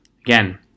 again